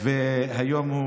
היום,